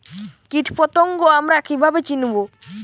কীটপতঙ্গ আমরা কীভাবে চিনব?